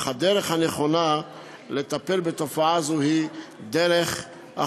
אך הדרך הנכונה לטפל בתופעה זו היא החינוך,